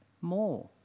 more